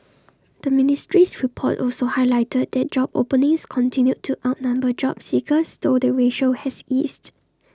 the ministry's report also highlighted that job openings continued to outnumber job seekers though the ratio has eased